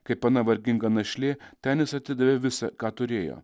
kaip ana varginga našlė ten jis atidavė visa ką turėjo